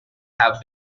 have